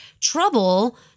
trouble